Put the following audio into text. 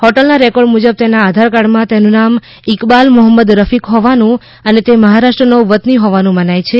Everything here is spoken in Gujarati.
હોટેલના રેકોર્ડ મુજબ તેના આધારકાર્ડ માં તેનું નામ ઇકબાલ મોહમદ રફીક હોવાનું અને તે મહારાષ્ટ્રનો વતની હોવાનું મનાય છે